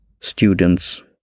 students